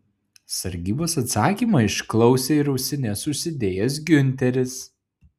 sargybos atsakymą išklausė ir ausines užsidėjęs giunteris